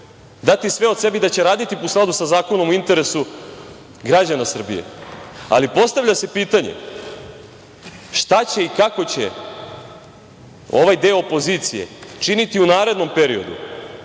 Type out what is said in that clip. dati sve od sebe i da će raditi u skladu sa zakonom u interesu građana Srbije, ali postavlja se pitanje – šta će i kako će ovaj deo opozicije činiti u narednom periodu